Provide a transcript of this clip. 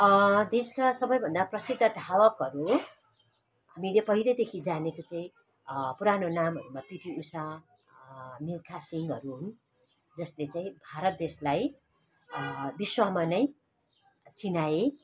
देशका सबैभन्दा प्रसिद्ध धावकहरू हामीले पहिल्यैदेखि जानेको चाहिँ पुरानो नामहरूमा पिटी उषा मिल्खा सिंहहरू हुन् जसले चाहिँ भारत देशलाई विश्वमा नै चिनाए